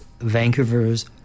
Vancouver's